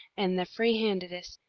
an' the free-handedest.